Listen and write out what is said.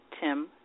Tim